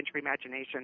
imagination